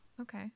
Okay